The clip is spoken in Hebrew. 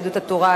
יהדות התורה,